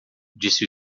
disse